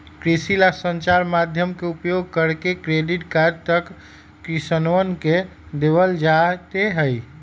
कृषि ला संचार माध्यम के उपयोग करके क्रेडिट कार्ड तक किसनवन के देवल जयते हई